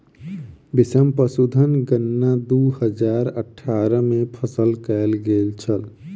बीसम पशुधन गणना दू हजार अठारह में कएल गेल छल